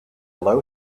low